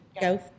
go